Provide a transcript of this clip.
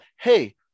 hey